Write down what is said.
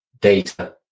data